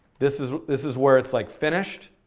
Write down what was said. this is this is worth like finished.